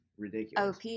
ridiculous